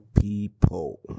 people